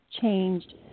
changed